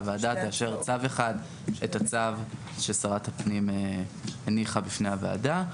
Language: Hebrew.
שהוועדה תאשר צו אחד את הצו ששרת הפנים הניחה בפני הוועדה,